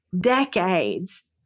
decades